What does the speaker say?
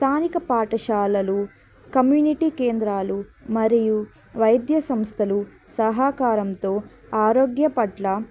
స్థానిక పాఠశాలలు కమ్యూనిటీ కేంద్రాలు మరియు వైద్య సంస్థలు సహకారంతో ఆరోగ్యం పట్ల